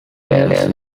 lewisham